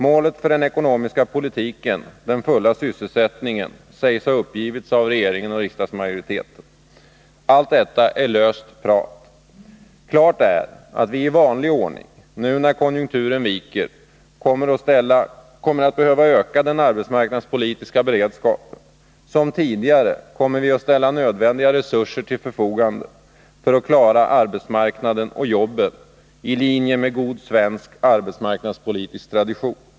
Målet för den ekonomiska politiken, den fulla sysselsättningen, sägs ha uppgivits av regeringen och riksdagsmajoriteten. Allt detta är löst prat. Klart är att vi i vanlig ordning, nu när konjunkturen viker, kommer att behöva öka den arbetsmarknadspolitiska beredskapen. Som tidigare kommer vi att ställa nödvändiga resurser till förfogande för att klara arbetsmarknaden och jobben, i linje med god svensk arbetsmarknadspolitisk tradition.